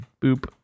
Boop